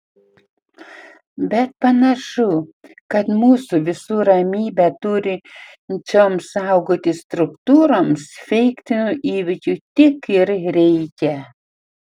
bet panašu kad mūsų visų ramybę turinčioms saugoti struktūroms feikinių įvykių tik ir reikia